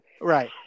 Right